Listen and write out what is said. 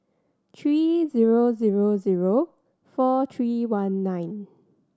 three zero zero zero four three one nine